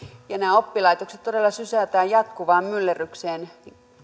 sanottu nämä oppilaitokset todella sysätään jatkuvaan myllerrykseen